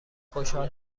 خوشحال